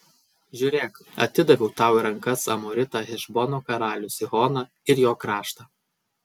žiūrėk atidaviau tau į rankas amoritą hešbono karalių sihoną ir jo kraštą